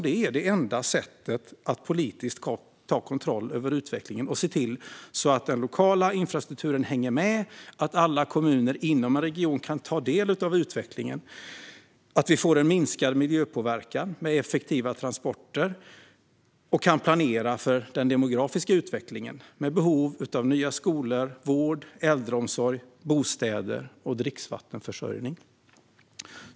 Det är enda sättet att politiskt ta kontroll över utvecklingen och se till att den lokala infrastrukturen hänger med, att alla kommuner inom en region kan ta del av utvecklingen, att vi får en minskad miljöpåverkan med effektiva transporter och att vi kan planera för en demografisk utveckling med behov av nya skolor, vård, äldreomsorg, bostäder och dricksvattenförsörjning.